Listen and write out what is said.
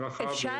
אני